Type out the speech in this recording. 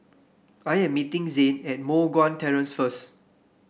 I am meeting Zane at Moh Guan Terrace first